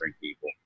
people